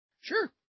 Sure